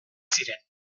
ziren